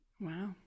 Wow